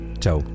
Ciao